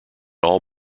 all